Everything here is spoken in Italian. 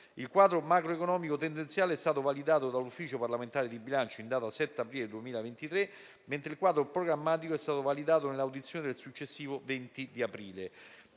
Il quadro macroeconomico tendenziale è stato validato dall'Ufficio parlamentare di bilancio in data 7 aprile 2023, mentre il quadro programmatico è stato validato nell'audizione del successivo 20 aprile.